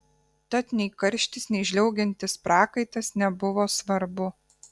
tad nei karštis nei žliaugiantis prakaitas nebuvo svarbu